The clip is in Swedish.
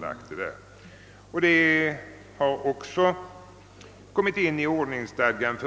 Bestämmelsen har tagits in i ordningsstadgan,